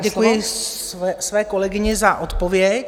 Děkuji své kolegyni za odpověď.